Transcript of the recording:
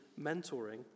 mentoring